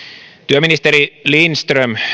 työministeri lindström